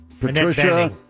Patricia